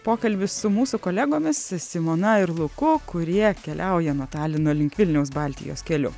pokalbis su mūsų kolegomis simona ir luku kurie keliauja nuo talino link vilniaus baltijos keliu